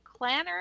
Clanner